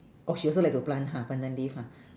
oh she also like to plant ha pandan leaf ha